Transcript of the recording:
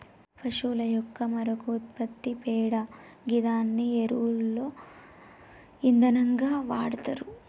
పశువుల యొక్క మరొక ఉత్పత్తి పేడ గిదాన్ని ఎరువుగా ఇంధనంగా వాడతరు